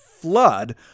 flood